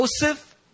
Joseph